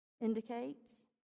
indicates